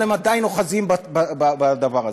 אבל הם עדיין אוחזים בדבר הזה.